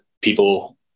people